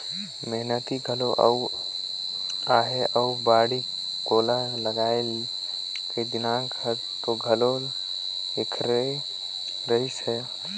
मेहनती घलो अहे अउ बाड़ी कोला लगाए के दिमाक हर तो घलो ऐखरे रहिस हे